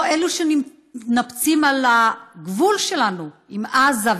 לא אלו שמתנפצים על הגבול שלנו עם עזה,